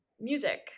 music